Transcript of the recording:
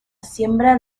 siembra